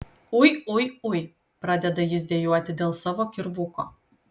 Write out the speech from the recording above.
ui ui ui pradeda jis dejuoti dėl savo kirvuko